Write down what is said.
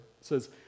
says